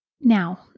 Now